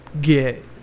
get